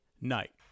Night